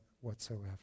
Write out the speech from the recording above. whatsoever